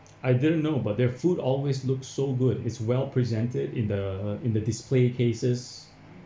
I didn't know but their food always look so good is well presented in the in the display cases